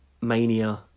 Mania